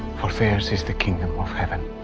for theirs is the kingdom of heaven.